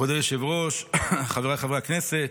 מכובדי היושב ראש, חבריי חברי הכנסת,